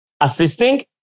assisting